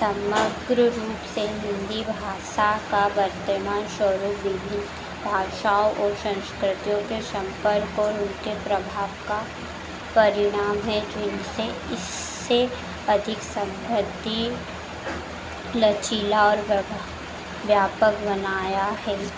समग्र रूप से हिन्दी भाषा का वर्तमान स्वरूप विभिन्न भाषाओं और सँस्कृतियों के सम्पर्क और उनके प्रभाव का परिणाम है कि जिसने इसे अधिक समृद्ध लचीला और व्यापक बनाया है